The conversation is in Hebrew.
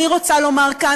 אני רוצה לומר כאן,